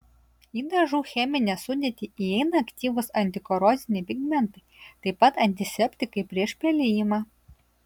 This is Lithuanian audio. į dažų cheminę sudėtį įeina aktyvūs antikoroziniai pigmentai taip pat antiseptikai prieš pelijimą